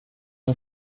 ont